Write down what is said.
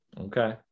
Okay